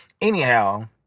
Anyhow